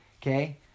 okay